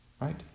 Right